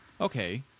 Okay